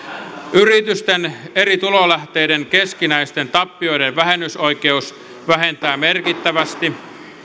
yritysten eri tulolähteiden keskinäisten tappioiden vähennysoikeus vähentää merkittävästi